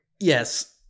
Yes